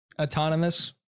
autonomous